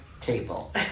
table